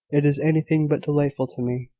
it is anything but delightful to me.